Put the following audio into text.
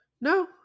No